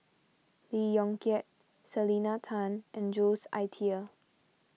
Lee Yong Kiat Selena Tan and Jules Itier